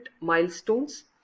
milestones